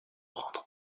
rendre